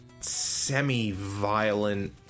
semi-violent